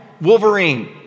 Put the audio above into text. Wolverine